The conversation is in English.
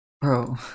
Bro